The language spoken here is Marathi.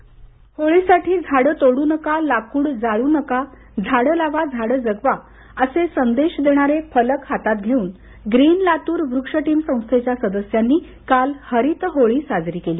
स्क्रिप्ट होळीसाठी झाडं तोडू नका लाकडं जाळू नका झाडं लावा झाडं जगवा असे संदेश देणारे फलक हातात घेउन ग्रीन लातूर वृक्ष संस्थेच्या सदस्यांनी हरित होळी साजरी केली